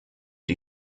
die